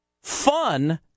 fun